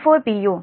u